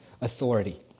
authority